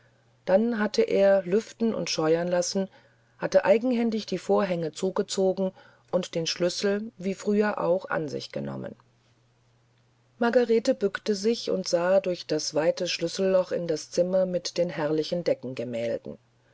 dann hatte er lüften und scheuern lassen hatte eigenhändig die vorhänge zugezogen und den schlüssel wie früher auch an sich genommen margarete bückte sich und sah durch das weite schlüsselloch in das zimmer mit dem herrlichen